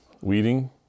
Weeding